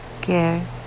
care